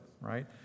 right